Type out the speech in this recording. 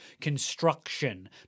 construction